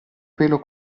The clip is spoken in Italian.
pelo